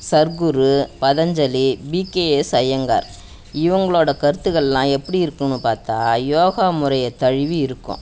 Sadhguru Patanjali BKS Iyengar இவங்களோட கருத்துக்களெல்லாம் எப்படி இருக்குதுன்னு பார்த்தா யோகா முறையை தழுவி இருக்கும்